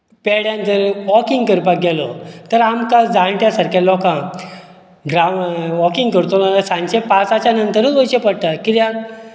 पेड्यांत जर वॉकींग करपाक गेलो तर आमकां जाणट्या सारक्या लोकांक ग्रांवड वॉकींग करतलो जाल्यार सांजचें पांचाच्या नंतरूच वयचें पडटा कित्याक